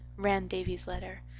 ran davy's letter,